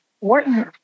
Wharton